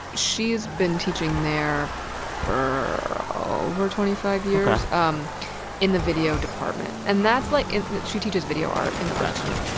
she's been teaching there for over twenty five years um in the video department. and that's, like and she teaches video art in the art department.